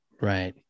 right